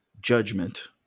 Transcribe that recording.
judgment